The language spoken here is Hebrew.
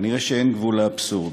כנראה אין גבול לאבסורד.